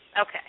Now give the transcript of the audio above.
Okay